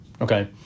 Okay